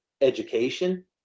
education